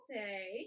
day